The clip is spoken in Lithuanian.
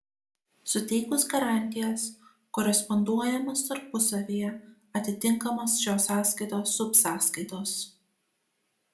suteikus garantijas koresponduojamos tarpusavyje atitinkamos šios sąskaitos subsąskaitos